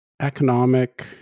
Economic